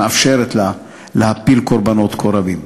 שמאפשרת לה להפיל קורבנות כה רבים.